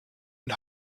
und